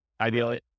ideally